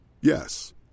Yes